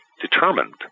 determined